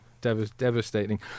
Devastating